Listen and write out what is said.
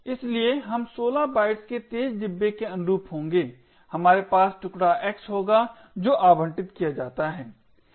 इसलिए हम 16 बाइट्स के तेज डिब्बे के अनुरूप होंगे हमारे पास टुकड़ा x होगा जो आवंटित किया जाता है